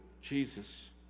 Jesus